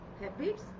Habits